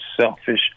selfish